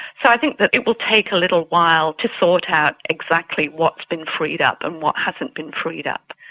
so i think that it will take a little while to sort out exactly what has been freed up and what hasn't been freed up.